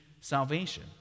salvation